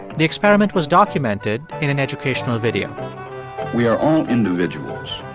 the experiment was documented in an educational video we are all individuals,